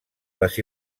les